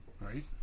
Right